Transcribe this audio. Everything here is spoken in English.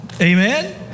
Amen